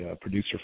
producer